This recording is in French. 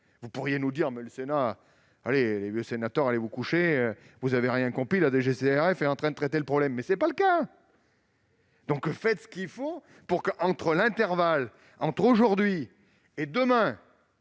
vous pourriez nous dire, monsieur le secrétaire d'État :« Les sénateurs, allez vous coucher, vous n'avez rien compris, la DGCCRF est en train de traiter le problème !» Mais tel n'est pas le cas. Faites donc ce qu'il faut pour que, dans l'intervalle, entre aujourd'hui et demain,